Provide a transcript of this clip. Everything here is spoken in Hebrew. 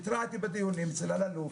הייתי בדיונים אצל אלאלוף,